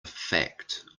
fact